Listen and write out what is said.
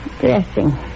Dressing